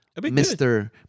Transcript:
Mr